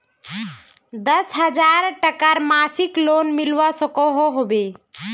दस हजार टकार मासिक लोन मिलवा सकोहो होबे?